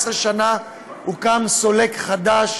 אחרי 17 שנה הוקם סולק חדש,